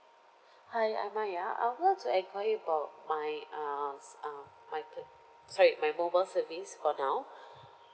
hi I'm maya I would like to enquire bout my uh s~ uh my p~ sorry my mobile service for now